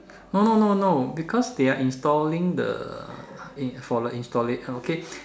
no no no no because they are installing the for the installation okay